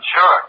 Sure